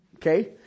Okay